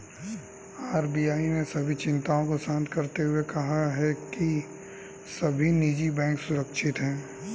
RBI ने सभी चिंताओं को शांत करते हुए कहा है कि सभी निजी बैंक सुरक्षित हैं